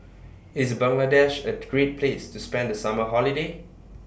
IS Bangladesh A Great Place to spend The Summer Holiday